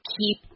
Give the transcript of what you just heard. keep